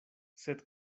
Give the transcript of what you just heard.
sed